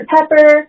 Pepper